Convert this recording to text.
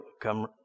come